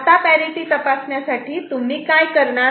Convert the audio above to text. आता पॅरिटि तपासण्यासाठी तुम्ही काय करणार